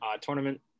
tournament